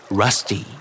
rusty